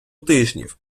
тижнів